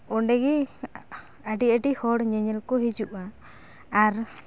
ᱚᱸᱰᱮ ᱜᱮ ᱟᱹᱰᱤ ᱟᱹᱰᱤ ᱦᱚᱲ ᱧᱮᱧᱮᱞ ᱠᱚ ᱦᱤᱡᱩᱜᱼᱟ ᱟᱨ